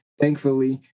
thankfully